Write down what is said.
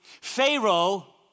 Pharaoh